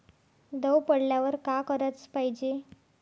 दव पडल्यावर का कराच पायजे?